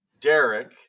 Derek